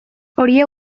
horiek